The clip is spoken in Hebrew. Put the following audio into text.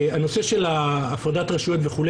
הנושא של הפרדת הרשויות וכו',